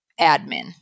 admin